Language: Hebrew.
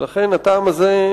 ולכן הטעם הזה,